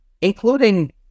including